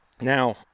Now